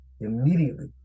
immediately